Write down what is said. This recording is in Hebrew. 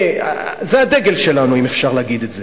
זה הדגל שלנו, אם אפשר להגיד את זה.